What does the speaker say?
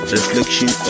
Reflection